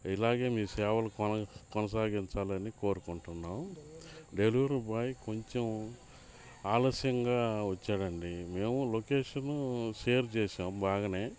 ఇలాగే మీ సేవలు కొనసాగించాలని కోరుకుంటున్నాం డెలివరీ బాయ్ కొంచెం ఆలస్యంగా వచ్చాడండి మేము లొకేషన్ షేర్ చేసాం బాగనే